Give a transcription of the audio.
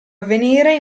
avvenire